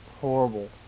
horrible